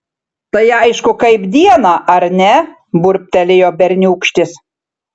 tai aišku kaip dieną ar ne burbtelėjo berniūkštis